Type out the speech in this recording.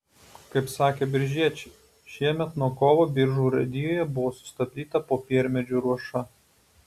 kaip sakė biržiečiai šiemet nuo kovo biržų urėdijoje buvo sustabdyta popiermedžių ruoša